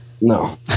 No